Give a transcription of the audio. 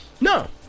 No